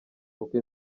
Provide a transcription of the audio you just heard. kuko